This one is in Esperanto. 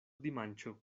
dimanĉo